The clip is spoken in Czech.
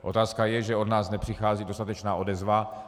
Otázka je, že od nás nepřichází dostatečná odezva.